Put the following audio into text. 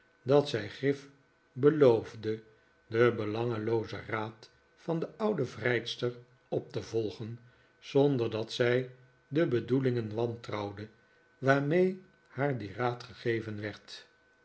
dat zij grif beloofde den belangeloozen raad van de oude vrijster op te volgen zonder dat zij de bedoelingen wantrouwde waarmee haar die raad gegeven werd